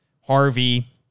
Harvey